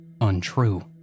untrue